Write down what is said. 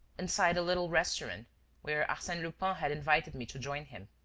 inside a little restaurant where arsene lupin had invited me to join him.